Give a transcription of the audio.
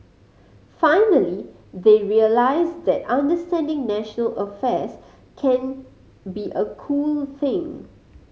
finally they realise that understanding national affairs can be a cool thing